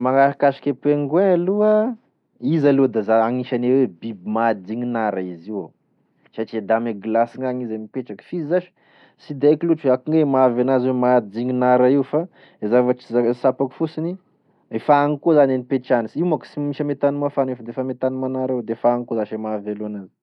Raha mahakasiky e pingouin aloa izy aloa de za agnisane biby mahadigny nara izy io satria da ame glasy n'agny izy mipetraky f'izy zashe sy de haiko loatry akoignaia e mahavy enazy mahadigny nara io fa zavatry zany sapako fosiny efa agny koa zany e ipetrahany io manko simisy ame tany mafana fa ame tany manara evao efa agny koa zany e mahavelo enazy